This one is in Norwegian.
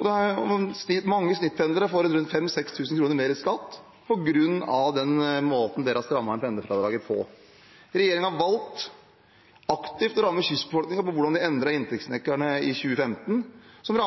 Mange pendlere får 5 000–6 000 kr mer i skatt på grunn av den måten regjeringen har strammet inn på pendlerfradraget. Regjeringen valgte aktivt å ramme kystbefolkningen i hvordan de endret inntektsnøklene i 2015, noe som har